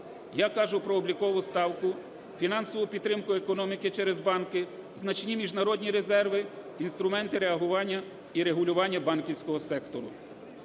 Я кажу про облікову ставку, фінансову підтримку економіку через банки, значні міжнародні резерви, інструменти реагування і регулювання банківського сектору.